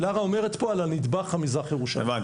לארה מדברת על הנדבך המזרח ירושלמי.